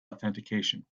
authentication